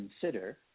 consider